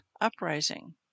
uprising